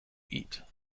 eat